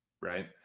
right